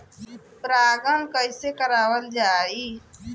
परागण कइसे करावल जाई?